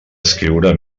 escriure